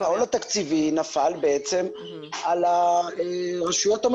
העול התקציבי נפל בעצם על הרשויות המקומיות.